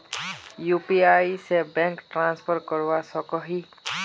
UPI से bank transfer करवा सकोहो ही?